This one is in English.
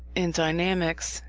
in dynamics,